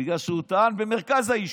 בגלל שהוא טען, במרכז היישוב,